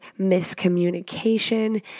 miscommunication